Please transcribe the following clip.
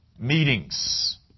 Meetings